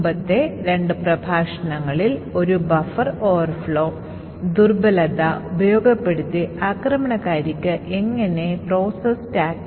മുമ്പത്തെ പ്രഭാഷണത്തിൽ നമ്മൾ യഥാർത്ഥത്തിൽ സ്റ്റാക്കിലെ ഒരു ഓവർഫ്ലോയിലേക്ക് നോക്കിയിരുന്നു കൂടാതെ ആ ദുർബലത അല്ലെങ്കിൽ ബഫർ ഓവർഫ്ലോ എങ്ങനെ പ്രയോജനപ്പെടുത്താമെന്ന് നമ്മൾ കണ്ടു